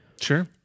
Sure